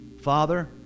Father